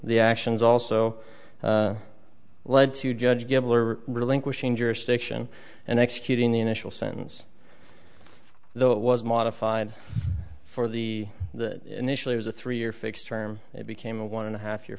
the actions also led to judge given relinquishing jurisdiction and executing the initial sentence though it was modified for the initially was a three year fixed term it became a one and a half year